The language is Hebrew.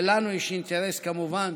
ולנו יש אינטרס כמובן